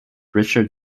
richard